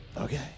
okay